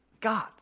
God